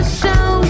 show